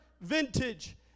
vintage